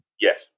Yes